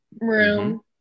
room